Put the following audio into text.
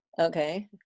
Okay